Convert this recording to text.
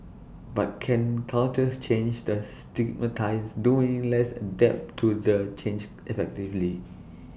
but can cultures change the stigmatise doing less adapt to the change effectively